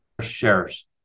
shares